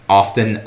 often